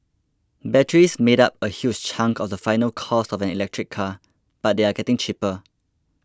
batteries made up a huge chunk of the final cost of an electric car but they are getting cheaper